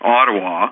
Ottawa